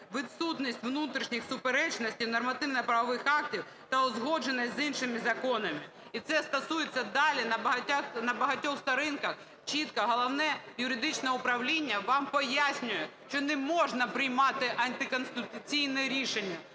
відсутність внутрішніх суперечностей нормативно-правових актів та узгодженість з іншими законами. І це стосується... далі, на багатьох сторінках чітко Головне юридичне управління вам пояснює, що не можна приймати антиконституційне рішення.